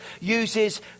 uses